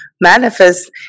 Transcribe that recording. manifest